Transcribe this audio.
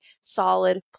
solid